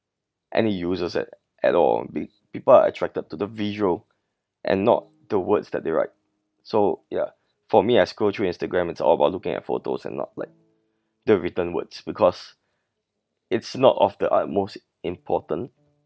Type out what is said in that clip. any users at at all peo~ people are attracted to the visual and not the words that they write so ya for me I scroll through Instagram it's all about looking at photos and not like the written words because it's not of the utmost important